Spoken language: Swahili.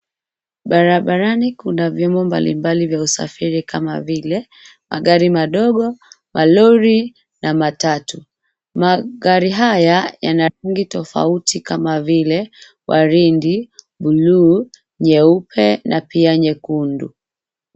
Barabarani kuna vyombo mbali mbali za usafiri kama vile magari madogo , malori na matatu .Magari haya yana rangi tofauti kama vile waridi blue nyeupe na pia nyekundu.